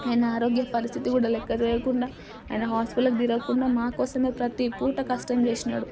ఆయిన ఆరోగ్య పరిస్థితి కూడా లెక్క చేయకుండా ఆయిన హాస్పిటల్ తిరగకుండా మా కోసమే ప్రతీపూట కష్టం చేసినాడు